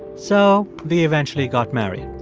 so they eventually got married.